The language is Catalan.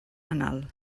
anal